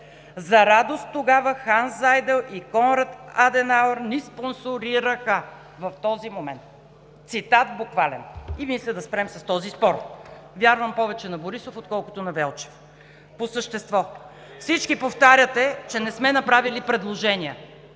За радост тогава „Ханс Зайдел“ и „Конрад Аденауер“ ни спонсорираха в този момент.“ Буквален цитат. И мисля да спрем с този спор – вярвам повече на Борисов, отколкото на Велчев. По същество. Всички повтаряте, че не сме направили предложения.